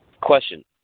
Question